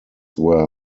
were